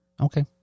Okay